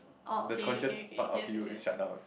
the conscious part of you is shut down